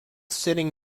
sitting